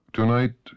Tonight